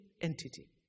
entity